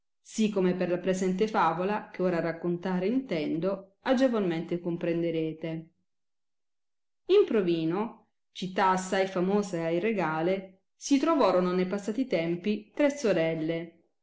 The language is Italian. sì come per la presente favola che ora raccontare intendo agevolmente comprenderete in provino città assai famosa e regale si trovorono ne passati tempi tre sorelle